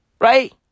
Right